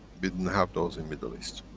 didn't have those in middle east.